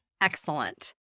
Excellent